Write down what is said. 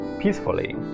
peacefully